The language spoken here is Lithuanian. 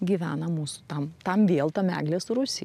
gyvena mūsų tam tam vėl tam eglės rūsy